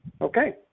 Okay